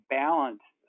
balance